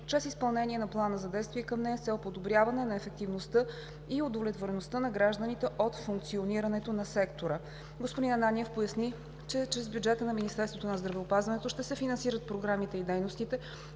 чрез изпълнение на Плана за действие към нея, с цел подобряване на ефективността и удовлетвореността на гражданите от функционирането на сектора. Господин Ананиев поясни, че чрез бюджета на Министерството на здравеопазването ще се финансират програмите и дейностите,